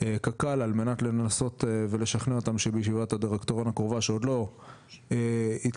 קק"ל ומנסה לשכנע אותם שבישיבת הדירקטוריון הקרובה שעוד לא התקיימה,